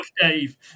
Dave